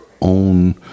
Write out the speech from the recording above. own